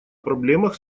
проблемах